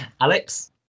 Alex